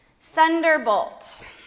Thunderbolt